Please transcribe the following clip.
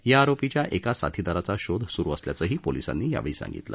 या आरोपीच्या एका साथीदाराचा शोध स्रु असल्याचंही पोलीसांनी सांगितलं